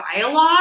dialogue